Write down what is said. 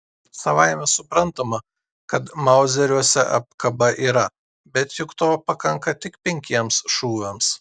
savaime suprantama kad mauzeriuose apkaba yra bet juk to pakanka tik penkiems šūviams